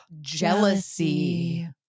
Jealousy